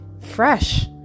fresh